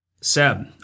Seb